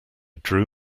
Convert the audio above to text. drew